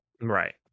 right